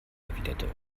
erwiderte